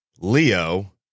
Leo